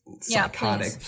psychotic